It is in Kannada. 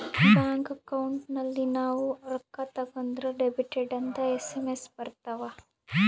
ಬ್ಯಾಂಕ್ ಅಕೌಂಟ್ ಅಲ್ಲಿ ನಾವ್ ರೊಕ್ಕ ತಕ್ಕೊಂದ್ರ ಡೆಬಿಟೆಡ್ ಅಂತ ಎಸ್.ಎಮ್.ಎಸ್ ಬರತವ